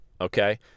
okay